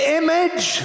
image